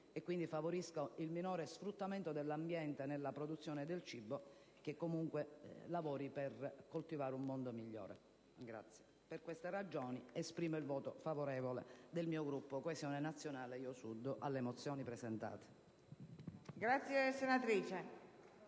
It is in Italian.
che favorisca il minore sfruttamento dell'ambiente nella produzione del cibo, insomma, che lavori per coltivare un mondo migliore. Per queste ragioni, dichiaro il voto favorevole del Gruppo Coesione Nazionale-Io Sud, alle mozioni presentate.